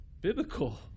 biblical